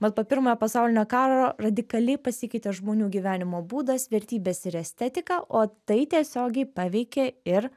mat po pirmojo pasaulinio karo radikaliai pasikeitė žmonių gyvenimo būdas vertybės ir estetika o tai tiesiogiai paveikė ir